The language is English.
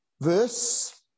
verse